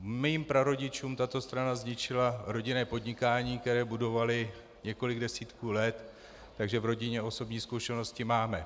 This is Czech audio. Mým prarodičům tato strana zničila rodinné podnikání, které budovali několik desítek let, takže v rodině osobní zkušenosti máme.